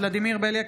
ולדימיר בליאק,